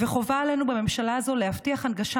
וחובה עלינו בממשלה הזאת להבטיח הנגשה